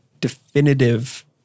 definitive